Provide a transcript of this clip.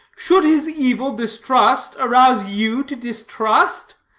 should his evil distrust arouse you to distrust?